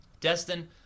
Destin